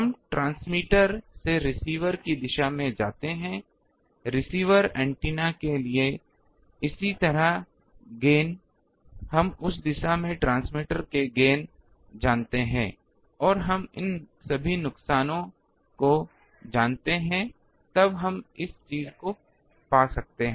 हम ट्रांसमीटर से रिसीवर की दिशा जानते हैं रिसीवर एंटीना के लिए इसी तरह गेन हम उस दिशा में ट्रांसमीटर के गेन जानते हैं और हम इन सभी नुकसानों को जानते हैं तब हम इस चीज को पा सकते हैं